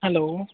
hello